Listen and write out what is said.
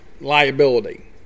liability